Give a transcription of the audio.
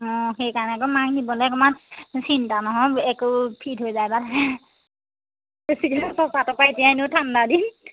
অঁ সেইকাৰণে আকৌ মাক নিবলৈ অকণমান চিন্তা নহয় আকৌ ফিট হৈ যায় বা চপা তপা এতিয়া এনেও ঠাণ্ডা দিন